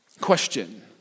Question